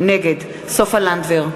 נגד סופה לנדבר,